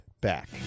back